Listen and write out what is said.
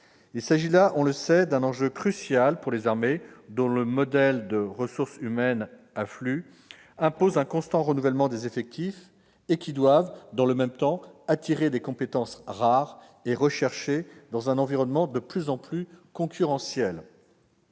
Il s'agit là- on le sait -d'un enjeu crucial pour les armées. Leur modèle de ressources humaines « à flux » impose un constant renouvellement des effectifs. Dans le même temps, elles doivent attirer des compétences rares et recherchées dans un environnement de plus en plus concurrentiel.